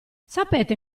sapete